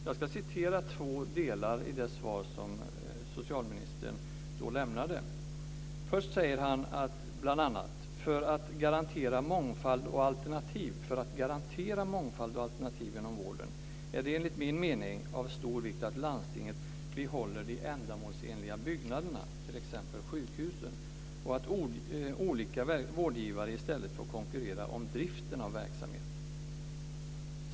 Jag ska citera två delar ur det svar som socialministern då lämnade. Först sade han bl.a. följande: "För att garantera mångfald och alternativ inom vården är det enligt min mening av stor vikt att landstingen behåller de ändamålsenliga byggnaderna, t.ex. sjukhusen, och att olika vårdgivare i stället får konkurrera om driften av verksamheten".